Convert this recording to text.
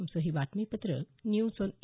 आमचं हे बातमीपत्र न्यूज ऑन ए